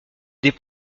des